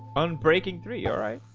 unbreaking three. all right,